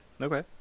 Okay